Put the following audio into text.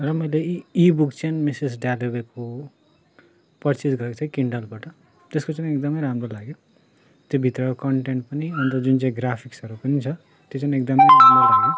र मैले e book चाहिँन मिसेस डालोवेको परचेज गरेको थिएँ किन्डलबाट त्यसको चाहिँ एकदमै राम्रो लाग्यो त्योभित्र कन्टेन्ट पनि अन्त जुन चाहिँ ग्राफिक्सहरू पनि छ त्यो चाहिँ एकदमै राम्रो लाग्यो